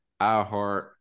iHeart